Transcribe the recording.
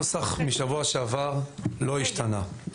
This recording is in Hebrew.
הנוסח משבוע שעבר לא השתנה.